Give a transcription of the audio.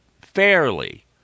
fairly